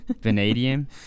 Vanadium